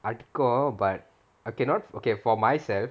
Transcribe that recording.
அடிக்கும்:adikum but okay not for okay for myself